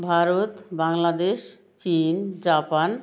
ভারত বাংলাদেশ চীন জাপান